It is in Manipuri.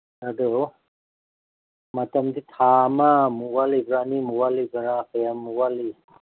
ꯑꯗꯨ ꯃꯇꯝꯗꯤ ꯊꯥ ꯑꯃꯃꯨꯛ ꯋꯥꯠꯂꯤꯕ꯭ꯔ ꯑꯅꯤꯃꯨꯛ ꯋꯥꯠꯂꯤꯕ꯭ꯔ ꯀꯌꯥꯝ ꯋꯥꯠꯂꯤ